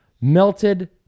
melted